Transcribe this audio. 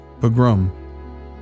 pogrom